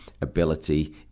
ability